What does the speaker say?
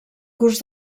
curs